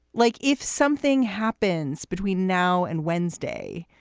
like if something happens between now and wednesday,